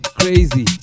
Crazy